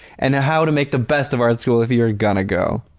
and how to make the best of art school if you are going to go.